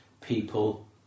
people